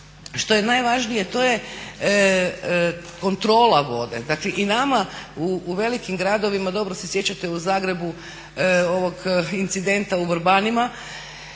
što je najvažnije to je kontrola vode, dakle i nama u velikim gradovima, dobro se sjećate u Zagrebu ovog incidenta u Vrbanima